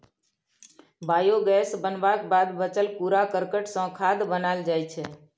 biogas बनबाक बाद बचल कुरा करकट सँ खाद बनाएल जाइ छै